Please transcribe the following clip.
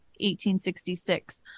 1866